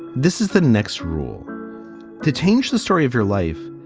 this is the next rule to change the story of your life.